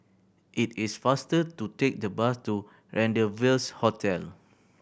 it is faster to take the bus to Rendezvous Hotel